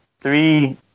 three